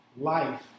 life